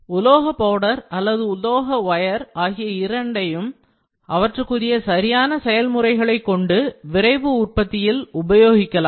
உலோக பவுடர் அல்லது உலோக ஒயர் ஆகிய இரண்டையும் அவற்றுக்குரிய சரியான செயல் முறைகளை கொண்டு விரைவு உற்பத்தியில் உபயோகிக்கலாம்